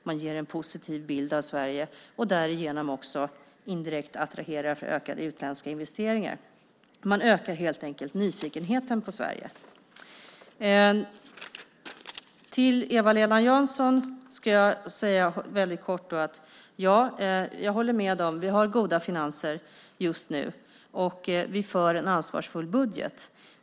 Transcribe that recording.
Man ger en positiv bild av Sverige och attraherar därigenom också indirekt ökade utländska investeringar. Man ökar helt enkelt nyfikenheten på Sverige. Till Eva-Lena Jansson ska jag säga väldigt kort att jag håller med om att vi har goda finanser just nu, och vi för en ansvarsfull budget.